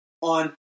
on